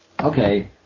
okay